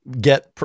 get